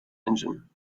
engine